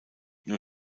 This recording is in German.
nur